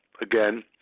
again